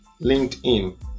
linkedin